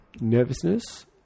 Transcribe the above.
Nervousness